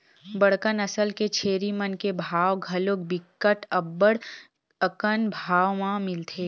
बड़का नसल के छेरी मन के भाव घलोक बिकट अब्बड़ अकन भाव म मिलथे